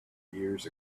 years